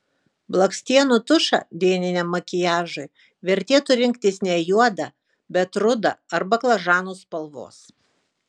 blakstienų tušą dieniniam makiažui vertėtų rinktis ne juodą bet rudą ar baklažanų spalvos